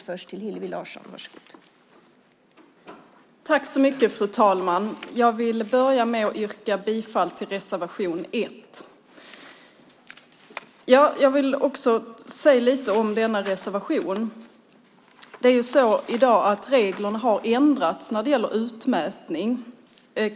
Fru talman! Jag vill börja med att yrka bifall till reservation 1. Jag vill också säga lite om denna reservation. I dag har reglerna när det gäller utmätning ändrats.